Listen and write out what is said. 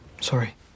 Sorry